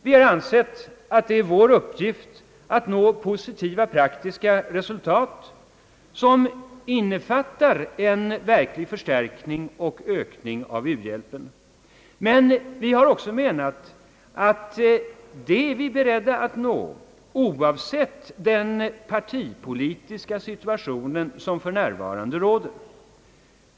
Vi har ansett att det är vår uppgift att nå positiva praktiska resultat som innefattar en verklig förstärkning och ökning av u-hjälpen. Men vi har också menat att vi är beredda att nå detta, oavsett den partipolitiska situation som för närvarande råder.